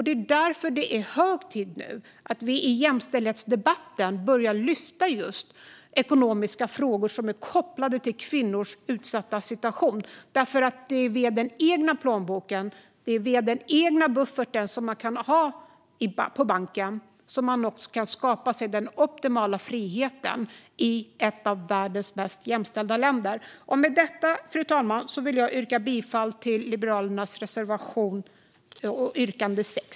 Det är därför det nu är hög tid att vi i jämställdhetsdebatten börjar lyfta fram ekonomiska frågor som är kopplade till kvinnors utsatta situation. Det är via den egna plånboken och den egna bufferten som de kan ha på banken som de också kan skapa sig den optimala friheten i ett av världens mest jämställda länder. Fru talman! Med detta yrkar jag bifall till Liberalernas reservation nummer 6.